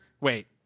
wait